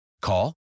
Call